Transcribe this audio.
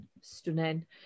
stunning